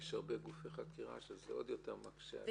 יש הרבה גופי חקירה שזה עוד יותר מקשה עליהם.